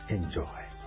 Enjoy